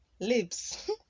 lips